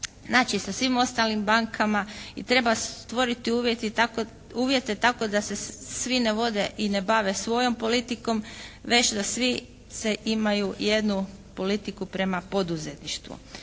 znači sa svim ostalim bankama i treba stvoriti uvjete tako da se svi ne vode i ne bave svojom politikom već da svi sve imaju jednu politiku prema poduzetništvu.